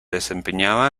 desempeñaba